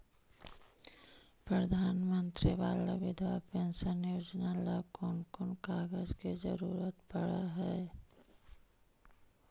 प्रधानमंत्री बाला बिधवा पेंसन योजना ल कोन कोन कागज के जरुरत पड़ है?